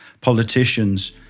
politicians